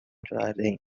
کردهایم